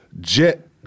jet